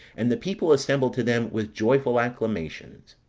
and the people assembled to them with joyful acclamations.